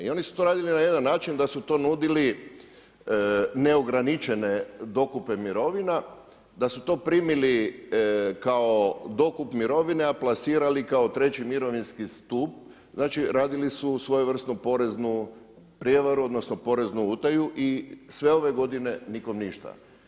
I oni su to radili na jedan način da su to nudili neograničene dokupe mirovina, da su to primili kao dokup mirovine, a plasirali kao treći mirovinski stup, znači radili su svojevrsnu poreznu prijevaru, odnosno poreznu utaju i sve ove godine nikom ništa.